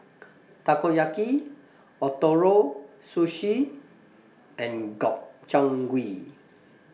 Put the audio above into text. Takoyaki Ootoro Sushi and Gobchang Gui